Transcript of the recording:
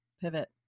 Pivot